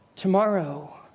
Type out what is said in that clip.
Tomorrow